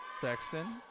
Sexton